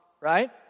right